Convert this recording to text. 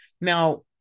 Now